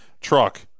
truck